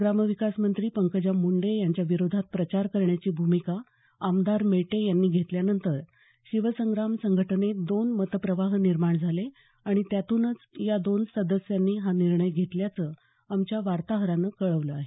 ग्रामविकास मंत्री पंकजा मुंडे यांच्या विरोधात प्रचार करण्याची भूमिका आमदार मेटे यांनी घेतल्यानंतर शिवसंग्राम संघटनेत दोन मतप्रवाह निर्माण झाले आणि त्यातूनच या दोन सदस्यांनी हा निर्णय घेतल्याचं आमच्या वार्ताहरानं कळवलं आहे